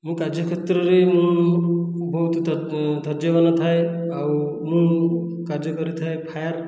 ମୋ କାର୍ଯ୍ୟକ୍ଷେତ୍ରରେ ମୁଁ ବହୁତ ଧର୍ଯ୍ୟବାନ ଥାଏ ଆଉ ମୁଁ କାର୍ଯ୍ୟ କରିଥାଏ ଫାୟାର୍